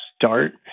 start